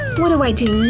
what do i do